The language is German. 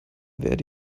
werde